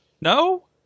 No